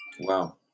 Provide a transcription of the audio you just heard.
wow